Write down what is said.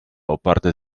oparte